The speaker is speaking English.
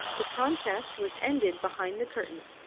the contest was ended behind the curtain,